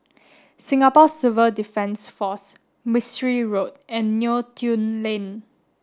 Singapore Civil Defence Force Mistri Road and Neo Tiew Lane